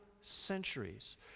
centuries